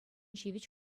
ҫивӗч